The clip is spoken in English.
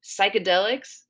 psychedelics